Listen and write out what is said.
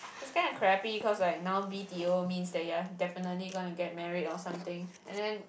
it's kind of crapy cause like now b_t_o means that you have definitely go and get married or something and then